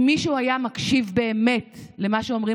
אם מישהו היה מקשיב באמת למה שאומרים